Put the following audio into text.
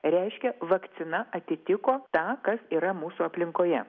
reiškia vakcina atitiko tą kas yra mūsų aplinkoje